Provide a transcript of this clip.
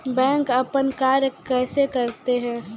Bank अपन कार्य कैसे करते है?